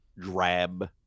drab